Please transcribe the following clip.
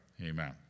amen